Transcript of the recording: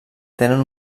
tenen